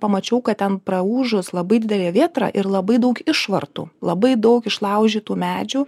pamačiau kad ten praūžus labai didelė vėtra ir labai daug išvartų labai daug išlaužytų medžių